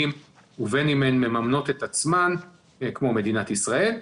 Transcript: ובין אם הן מממנות את עצמן כמו מדינת ישראל,